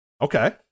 okay